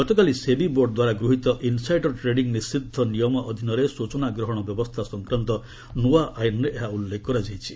ଗତକାଲି ସେବି ବୋର୍ଡ୍ ଦ୍ୱାରା ଗୃହିତ ଇନ୍ସାଇଡର୍ ଟ୍ରେଡିଂ ନିଷିଦ୍ଧ ନିୟମ ଅଧୀନରେ ସୂଚନା ଗ୍ରହଣ ବ୍ୟବସ୍ଥା ସଂକ୍ରାନ୍ତ ନୂଆ ଆଇନ୍ରେ ଏହା ଉଲ୍ଲେଖ କରାଯାଇଛି